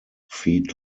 feet